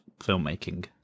filmmaking